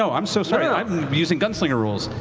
so i'm so sorry, i'm using gunslinger rules.